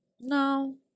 No